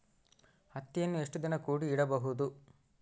ಹತ್ತಿಯನ್ನು ಎಷ್ಟು ದಿನ ಕೂಡಿ ಇಡಬಹುದು?